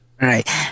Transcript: Right